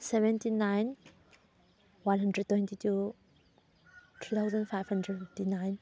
seventy nine one hundred twenty two three thousand five hundred fifty nine